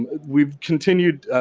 um we've continued,